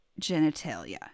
genitalia